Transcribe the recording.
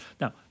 now